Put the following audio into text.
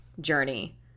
journey